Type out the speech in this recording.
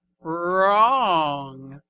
wrong.